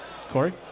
Corey